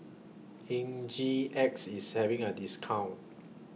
Hygin X IS having A discount